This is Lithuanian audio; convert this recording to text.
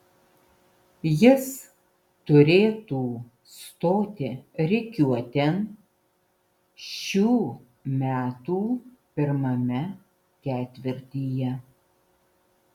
jis turėtų stoti rikiuotėn šių metų pirmame ketvirtyje